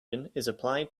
applied